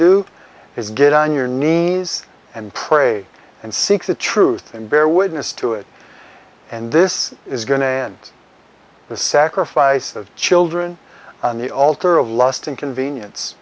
do is get on your knees and pray and seek the truth and bear witness to it and this is going to end the sacrifice of children on the altar of lust and convenience